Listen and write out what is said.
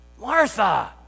Martha